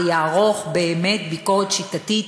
ויערוך באמת ביקורת שיטתית,